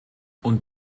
und